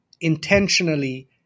intentionally